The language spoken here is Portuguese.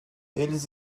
eles